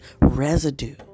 residue